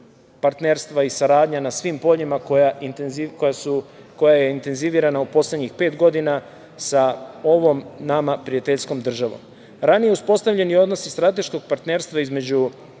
partnerstva i saradnja na svim poljima koja je intenzivirana u poslednjih pet godina sa ovom nama prijateljskom državom. Ranije uspostavljeni odnosi strateškog partnerstva između